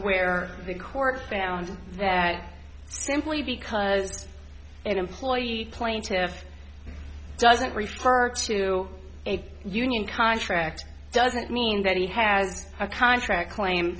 where the court found that simply because an employee plaintiff doesn't refer to a union contract doesn't mean that he has a contract claim